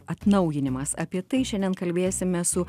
atnaujinimas apie tai šiandien kalbėsime su